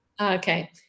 Okay